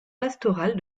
pastorale